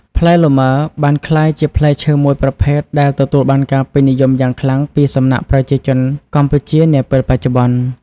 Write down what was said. ផ្លែលម៉ើបានក្លាយជាផ្លែឈើមួយប្រភេទដែលទទួលបានការពេញនិយមយ៉ាងខ្លាំងពីសំណាក់ប្រជាជនកម្ពុជានាពេលបច្ចុប្បន្ន។